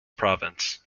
province